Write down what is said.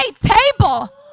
table